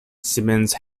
simmons